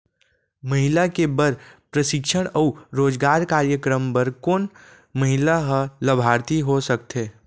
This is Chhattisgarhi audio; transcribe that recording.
महिला के बर प्रशिक्षण अऊ रोजगार कार्यक्रम बर कोन महिला ह लाभार्थी हो सकथे?